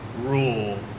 rule